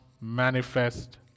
manifest